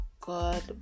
god